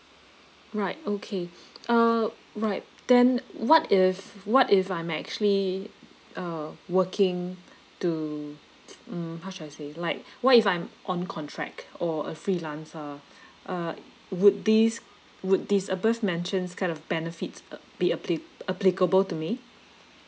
right okay uh right then what if what if I'm actually uh working to mm how should I say like what if I'm on contract or a freelancer uh would this would this above mentions kind of benefits uh be appli~ applicable to me